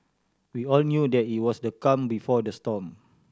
we all knew that it was the calm before the storm